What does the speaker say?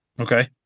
Okay